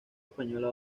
española